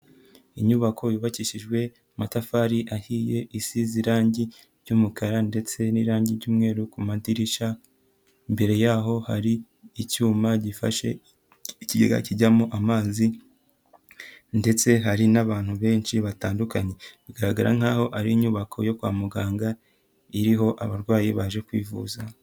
Inyubako yubakishijwe amatafari ahiye, isize irangi ry'umukara ndetse n'irangi ry'umweru, ku madirishya, imbere yaho hari icyuma gifashe ikigega kijyamo amazi ndetse hari n'abantu benshi batandukanye. Bigaragara nk'aho ari inyubako yo kwa muganga iriho abarwayi baje kwivuza.